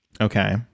Okay